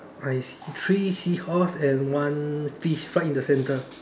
I see three seahorse and one fish right in the center